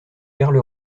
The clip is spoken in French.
perle